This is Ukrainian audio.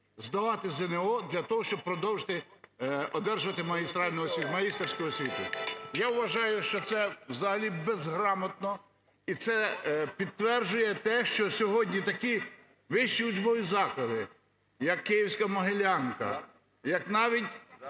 здолати ЗНО для того, щоб продовжити одержувати магістерську освіту? Я вважаю, що це взагалі безграмотно, і це підтверджує те, що сьогодні такі вищі учбові заклади, як київська Могилянка, як навіть